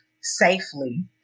safely